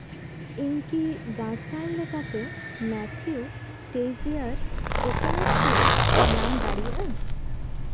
ᱤᱧ ᱠᱤ ᱜᱟᱨᱥᱟᱨ ᱞᱮᱠᱟᱛᱮ ᱢᱮᱛᱷᱤᱭᱳ ᱴᱮᱡᱤᱭᱟᱨ ᱠᱳᱠᱳᱱᱟᱱᱴ ᱥᱤᱨᱟᱯ ᱧᱟᱢ ᱫᱟᱲᱮᱭᱟᱜ ᱟᱹᱧ